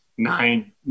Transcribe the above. nine